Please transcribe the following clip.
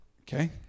Okay